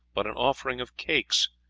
but an offering of cakes,